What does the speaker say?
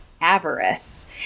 avarice